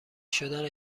شدن